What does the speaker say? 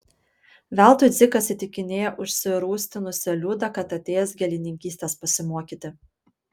veltui dzikas įtikinėjo užsirūstinusią liudą kad atėjęs gėlininkystės pasimokyti